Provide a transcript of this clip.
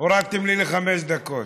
הורדתם לי לחמש דקות.